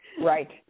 Right